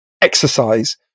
exercise